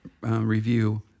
review